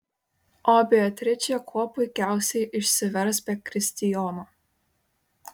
o beatričė kuo puikiausiai išsivers be kristijono